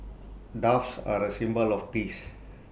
doves are A symbol of peace